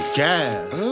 gas